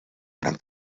gran